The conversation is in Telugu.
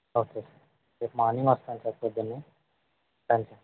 ఓకే రేపు మార్నింగ్ వస్తాను సార్ పొద్దున్నే ఉంటాను సార్